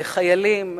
לחיילים,